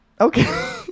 Okay